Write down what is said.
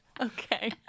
okay